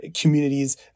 communities